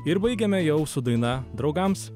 ir baigiame jau su daina draugams